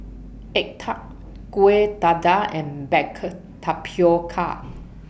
Egg Tart Kuih Dadar and Baked Tapioca